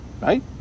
Right